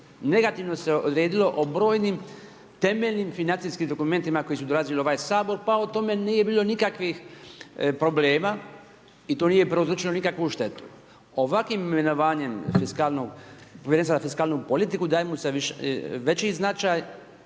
negativno se odredilo o brojnim temeljnim financijskim dokumentima koji su dolazili u ovaj Sabor, pa o tome nije bilo nikakvih problema i to nije prouzročilo nikakvu štetu. Ovakvim imenovanjem povjerenstva za fiskalnu politiku, daje mu veći značaj